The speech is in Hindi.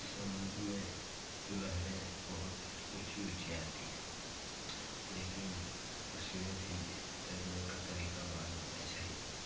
समुन्द्र में तो लहरें बहुत ऊँची ऊँची आती हैं लेकिन उसमें भी तैरने का तरीका मालूम होना चाहिए